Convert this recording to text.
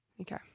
Okay